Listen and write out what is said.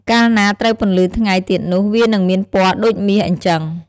កាលណាត្រូវពន្លឺថ្ងៃទៀតនោះ វានឹងមានពណ៌ដូចមាសអ៊ីចឹង។